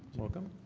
welcome